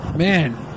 Man